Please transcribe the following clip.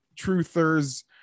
truthers